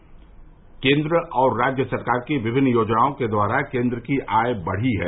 आज केंद्र और राज्य सरकार की विभिन्न योजनाओं के द्वारा किसानों की आय बढ़ी है